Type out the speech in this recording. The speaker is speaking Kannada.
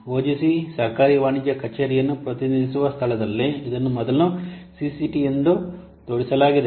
ಒಜಿಸಿ ಸರ್ಕಾರಿ ವಾಣಿಜ್ಯ ಕಚೇರಿಯನ್ನು ಪ್ರತಿನಿಧಿಸುವ ಸ್ಥಳದಲ್ಲಿ ಇದನ್ನು ಮೊದಲು ಸಿಸಿಟಿ ಎಂದು ತೋರಿಸಲಾಗಿದೆ